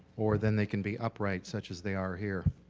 or then they can be upright such as they are here.